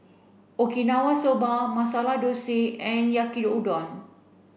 okinawa soba Masala Dosa and Yaki udon